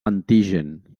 antigen